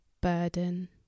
burden